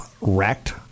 wrecked